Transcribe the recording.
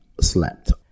slept